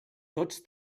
tots